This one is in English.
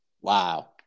Wow